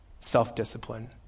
self-discipline